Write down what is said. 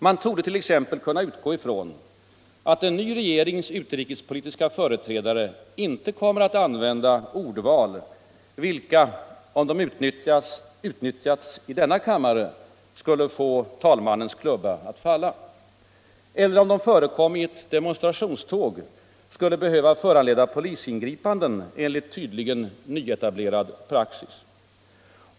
Man torde t.ex. kunna utgå ifrån att en ny regerings utrikespolitiska företrädare inte kommer att använda ordval, vilka om de nyttjades i denna kammare skulle få talmannens klubba att falla eller om de förekom i ett demonstrationståg skulle behöva föranleda polisingripanden enligt debatt och valutapolitisk debatt tydligen nyetablerad praxis.